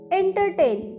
entertain